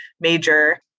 major